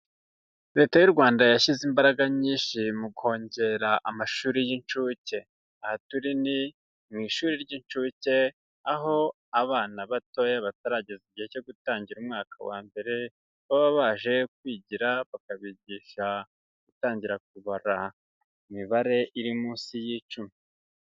Leta y'u Rwanda yashyize imbaraga nyinshi mu kongera amashuri y'incuke, aha turi ni mu ishuri ry'incuke aho abana batoya batarageza igihe cyo gutangira umwaka wa mbere baba baje kwigira, bakabigisha gutangira kubara imibare iri munsi y'icumi.